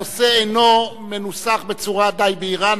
הנושא אינו מנוסח בצורה בהירה דיה.